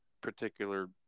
particular